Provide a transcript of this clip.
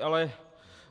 Ale